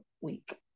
Week